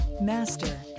Master